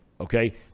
okay